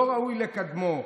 לא ראוי לקדמו,